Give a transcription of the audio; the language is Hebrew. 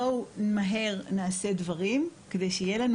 בואו מהר נעשה דברים כדי שיהיה לנו